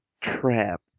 trap